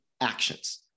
actions